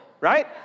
right